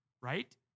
right